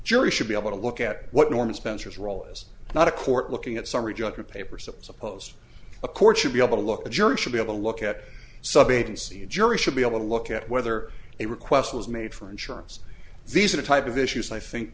jury should be able to look at what norman spencer's role is not a court looking at summary judgment paper suppose a court should be able to look the jury should be able to look at sub agency a jury should be able to look at whether a request was made for insurance these are the type of issues i think